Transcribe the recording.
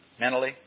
Mentally